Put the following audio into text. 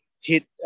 hit